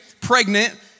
pregnant